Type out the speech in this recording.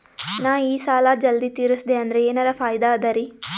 ನಾ ಈ ಸಾಲಾ ಜಲ್ದಿ ತಿರಸ್ದೆ ಅಂದ್ರ ಎನರ ಫಾಯಿದಾ ಅದರಿ?